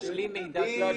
להשלים מידע.